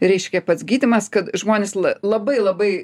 reiškia pats gydymas kad žmonės labai labai